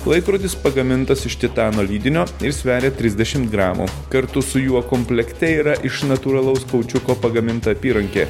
laikrodis pagamintas iš titano lydinio ir sveria trisdešimt gramų kartu su juo komplekte yra iš natūralaus kaučiuko pagaminta apyrankė